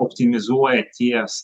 optimizuoja ties